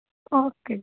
okay ਜੀ